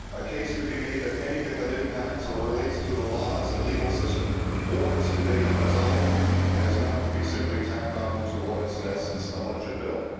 a case could be made that anything that impacts or relates to the laws and legal system warrants debate on its own and is not to be tacked on to what is in essence a budget bill.